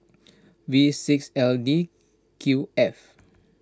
V six L D Q F